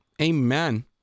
Amen